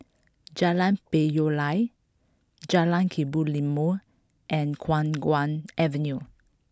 Jalan Payoh Lai Jalan Kebun Limau and Khiang Guan Avenue